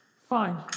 Fine